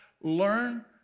Learn